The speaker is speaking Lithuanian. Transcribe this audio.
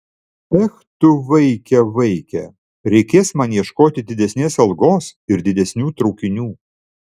ech tu vaike vaike reikės man ieškoti didesnės algos ir didesnių traukinių